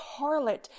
harlot